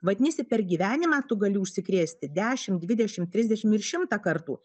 vadinasi per gyvenimą tu gali užsikrėsti dešimt dvidešimt trisdešimt ir šimtą kartų